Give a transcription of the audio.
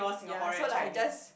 ya so like just